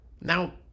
now